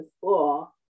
school